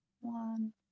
one